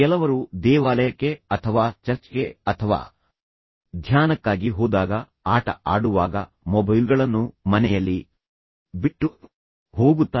ಕೆಲವರು ದೇವಾಲಯಕ್ಕೆ ಅಥವಾ ಚರ್ಚ್ಗೆ ಅಥವಾ ಧ್ಯಾನಕ್ಕಾಗಿ ಹೋದಾಗ ಆಟ ಆಡುವಾಗ ಮೊಬೈಲ್ಗಳನ್ನು ಮನೆಯಲ್ಲಿ ಬಿಟ್ಟು ಹೋಗುತ್ತಾರೆ